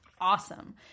awesome